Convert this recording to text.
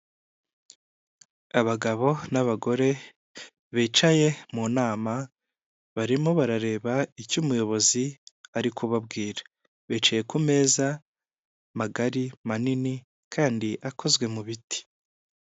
Abagabo n'abagore bicaye mu nama barimo barareba icyo umuyobozi ari kubabwira. Bicaye ku meza magari manini kandi akozwe mu biti.